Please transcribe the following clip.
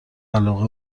علاقه